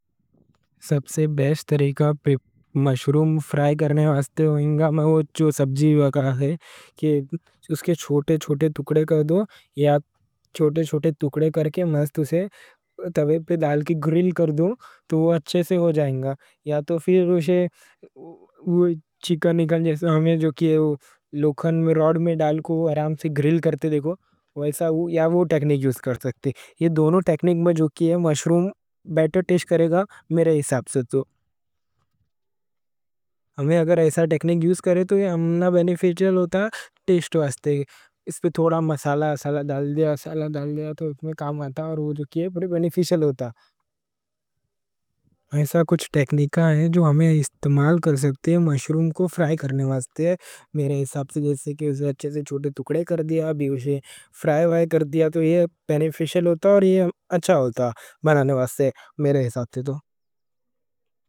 سب سے بہترین طریقہ مشروم فرائے کرنے واسطے یہ ہے کہ اس کے چھوٹے چھوٹے ٹکڑے کر دو۔ اسے توّے پہ ڈال کے گرل کر دو تو اچھے سے ہو جائیں گا۔ یا تو پھر اسے لوکھن راڈ میں ڈال کے گرل کر دو، وہ آرام سے گرل کرتے دیکھو۔ وہ ٹیکنک یوز کر سکتے ہیں، دونوں ٹیکنک میں جوکی ہے مشروم بہتر ٹیش کرے گا۔ میرے حساب سے اگر ایسا ٹیکنک یوز کرے تو یہ ہمنا بینیفیشل ہوتا ٹیشٹ واسطے۔ اس پہ تھوڑا مسالہ اسالہ ڈال دیا، اسالہ ڈال دیا تو اس میں کام آتا اور وہ جوکی ہے بہتر بینیفیشل ہوتا۔ ایسا کچھ ٹیکنکاں ہیں جو ہم استعمال کر سکتے ہیں، مشروم کو فرائے کرنے واسطے۔ میرے حساب سے جیسے کہ اچھے سے چھوٹے ٹکڑے کر دیا، اسے فرائے کر دیا تو یہ بینیفیشل ہوتا اور یہ اچھا ہوتا منانے واسطے میرے حساب سے تو۔